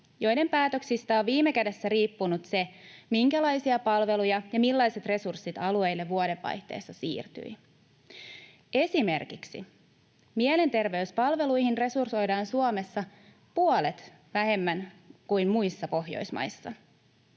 joiden päätöksistä on viime kädessä riippunut se, minkälaiset palvelut ja millaiset resurssit alueille vuodenvaihteessa siirtyivät. Esimerkiksi mielenterveyspalveluihin resursoidaan Suomessa puolet vähemmän kuin muissa Pohjoismaissa.